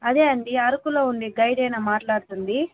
అదే అండీ అరకులో ఉండే గైడేనా మాట్లాడుతుంది